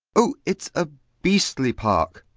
oh, it's a beastly park!